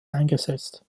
eingesetzt